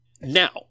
Now